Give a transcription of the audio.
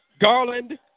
Garland